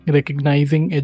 Recognizing